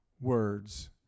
words